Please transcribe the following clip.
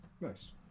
Nice